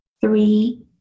three